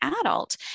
adult